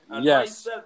yes